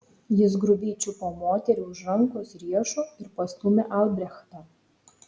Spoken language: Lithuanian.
jis grubiai čiupo moterį už rankos riešo ir pastūmė albrechtą